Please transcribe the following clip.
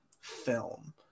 film